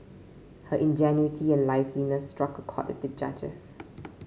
her ingenuity and liveliness struck a chord with the judges